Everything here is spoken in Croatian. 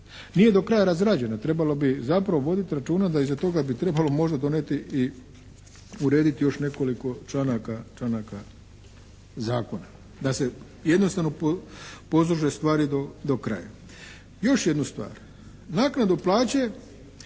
nije do kraja razrađena. Trebalo bi zapravo voditi računa da iza toga bi trebalo možda donijeti i urediti još nekoliko članaka zakona da se jednostavno poslože stvari do kraja. Još jednu stvar. Naknadu plaće